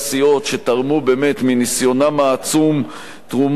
שתרמו מניסיונם העצום תרומה גדולה